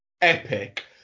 epic